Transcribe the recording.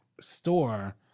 store